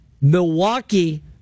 Milwaukee